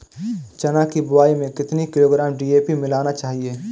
चना की बुवाई में कितनी किलोग्राम डी.ए.पी मिलाना चाहिए?